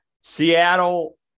Seattle